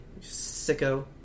sicko